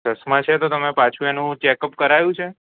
ચશ્મા છે તો તમે પાછુ એનું ચેકઅપ કરાયું છે